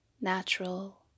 natural